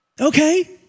Okay